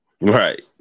right